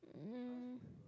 um